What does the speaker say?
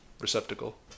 receptacle